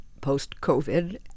post-COVID